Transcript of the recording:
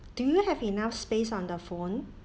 do you have enough space on the phone